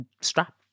strap